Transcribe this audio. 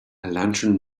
lantern